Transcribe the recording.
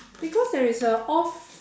because there is a off